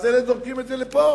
אז אלה זורקים את זה לפה.